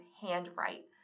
handwrite